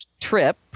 trip